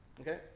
Okay